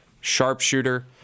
sharpshooter